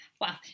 wow